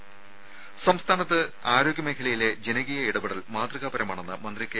ദര സംസ്ഥാനത്ത് ആരോഗ്യ മേഖലയിലെ ജനകീയ ഇടപെടൽ മാതൃകാപരമാണെന്ന് മന്ത്രി കെ